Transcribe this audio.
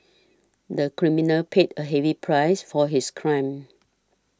the criminal paid a heavy price for his crime